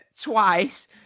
twice